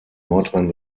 nordrhein